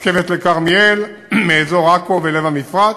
רכבת לכרמיאל מאזור עכו ולב-המפרץ.